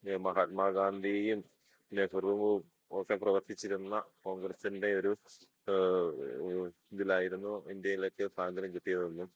പിന്നെ മഹാത്മാഗാന്ധിയും നെഹ്റുവും ഒക്കെ പ്രവർത്തിച്ചിരുന്ന കോൺഗ്രസ്സിൻ്റെ ഒരു ഇതിലായിരുന്നു ഇന്ത്യയിലേക്ക് സാതന്ത്ര്യം കിട്ടിയതെന്നും